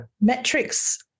metrics